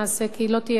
כי לא תהיה